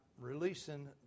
releasing